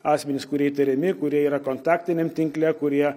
asmenis kurie įtariami kurie yra kontaktiniam tinkle kurie